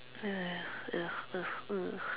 ya ugh ugh ugh